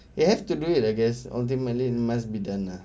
you have to do it I guess ultimately it must be done lah